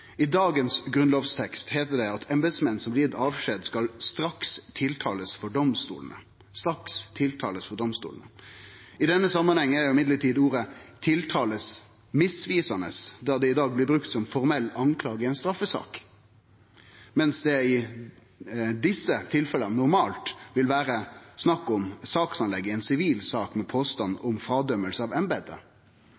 I grunnlovsteksten i dag heiter det at embetsmenn som blir gitt avskjed, skal «straks tiltales for domstolene». I denne samanhengen er ordet «tiltales» misvisande, da det i dag blir brukt om formelle klagemål i ei straffesak, medan det i desse tilfella normalt vil vere snakk om saksanlegg i ei sivil sak med påstand